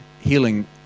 healing